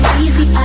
easy